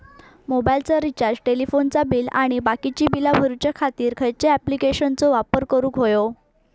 मोबाईलाचा रिचार्ज टेलिफोनाचा बिल आणि बाकीची बिला भरूच्या खातीर खयच्या ॲप्लिकेशनाचो वापर करूक होयो?